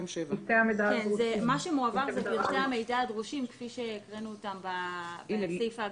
מה שמועבר זה פרטי המידע הדרושים כפי שהקראנו אותם בסעיף ההגדרות.